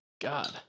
god